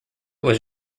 was